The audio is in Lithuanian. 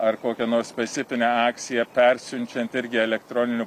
ar kokią nors specifinę akciją persiunčiant irgi elektroniniu